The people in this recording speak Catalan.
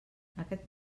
aquest